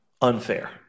unfair